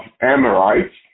Amorites